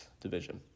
division